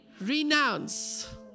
Renounce